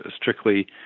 strictly